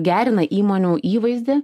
gerina įmonių įvaizdį